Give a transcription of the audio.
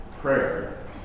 prayer